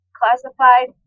classified